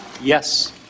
Yes